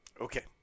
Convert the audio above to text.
Okay